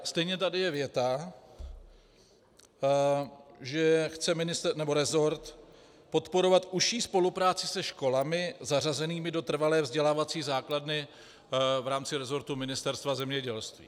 Stejně tady je věta, že chce rezort podporovat užší spolupráci se školami zařazenými do trvalé vzdělávací základny v rámci rezortu Ministerstva zemědělství.